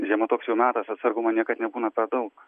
žiema toks jau metas atsargumo niekad nebūna per daug